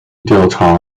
调查